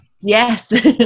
yes